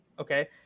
okay